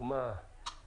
-- מדינת